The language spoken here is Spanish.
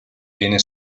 viene